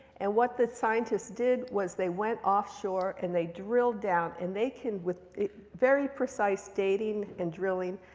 and what the scientists did was they went offshore and they drilled down. and they can, with very precise dating and drilling,